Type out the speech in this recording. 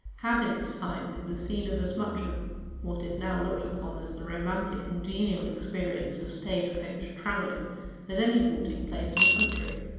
had in its time been the scene of as much of what is now looked upon as the romantic and genial experience of stage-coach travelling as any halting-place in the country.